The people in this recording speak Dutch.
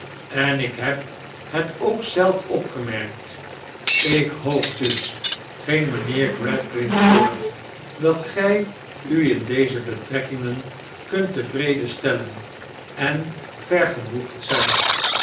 en ik heb het ook zelf opgemerkt ik hoop dus ging mijnheer gradgrind voort dat gij u in deze betrekkingen kunt tevreden stellen en vergenoegd zijn